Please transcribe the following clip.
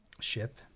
Ship